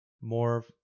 more